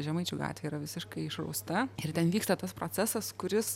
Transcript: žemaičių gatvė yra visiškai išrausta ir ten vyksta tas procesas kuris